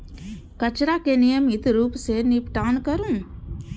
कचरा के नियमित रूप सं निपटान करू